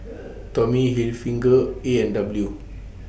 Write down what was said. Tommy Hilfiger A and W